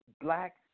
black